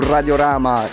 Radiorama